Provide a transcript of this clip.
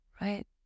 right